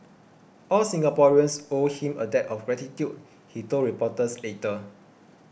all Singaporeans owe him a debt of gratitude he told reporters later